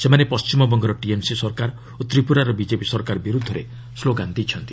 ସେମାନେ ପଣ୍ଟିମବଙ୍ଗର ଟିଏମ୍ସି ସରକାର ଓ ତ୍ରିପୁରାର ବିଜେପି ସରକାର ବିରୁଦ୍ଧରେ ସ୍କୋଗାନ ଦେଇଛନ୍ତି